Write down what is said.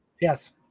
Yes